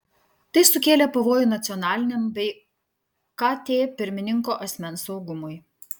tai sukėlė pavojų nacionaliniam bei kt pirmininko asmens saugumui